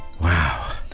Wow